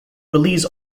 belize